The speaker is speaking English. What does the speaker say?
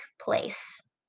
place